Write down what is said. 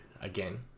Again